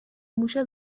موشه